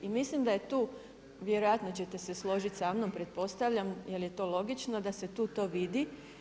I mislim da je tu, vjerojatno ćete se složiti samnom, pretpostavljam jer je to logično da se tu to vidi.